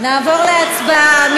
נעבור להצבעה.